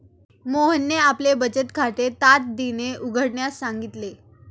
मोहनने आपले बचत खाते तातडीने उघडण्यास सांगितले